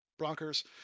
Bronkers